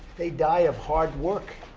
they die of hard work.